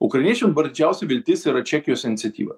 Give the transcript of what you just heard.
ukrainiečių dabar didžiausia viltis yra čekijos iniciatyva